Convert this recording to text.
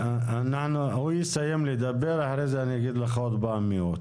הוא יסיים לדבר ואגיד לך עוד פעם מי הוא.